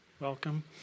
Welcome